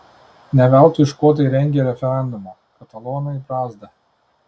ne veltui škotai rengė referendumą katalonai brazda